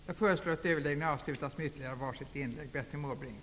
Jag föreslår att överläggningen avslutas efter det att talarna haft ytterligare var sitt inlägg.